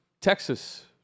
Texas